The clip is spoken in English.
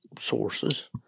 sources